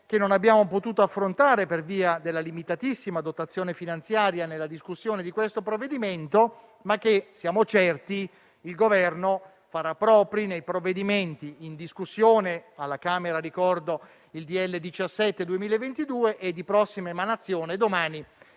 che non abbiamo potuto affrontare per via della limitatissima dotazione finanziaria nella discussione di questo provvedimento, ma che siamo certi che il Governo farà proprie in quelli in discussione alla Camera: ricordo il decreto-legge n. 17 del 2022, mentre domani